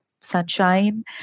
sunshine